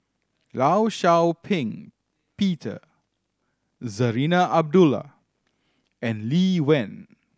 Law Shau Ping Peter Zarinah Abdullah and Lee Wen